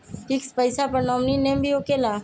Fix पईसा पर nominee name भी होकेला?